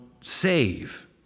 save